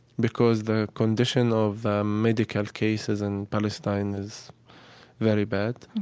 because the condition of medical cases in palestine is very bad